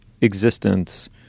existence